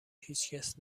هیچکس